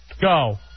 Go